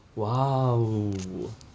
!wow!